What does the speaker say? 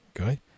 okay